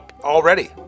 already